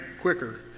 quicker